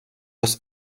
was